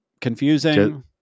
confusing